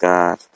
God